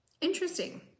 Interesting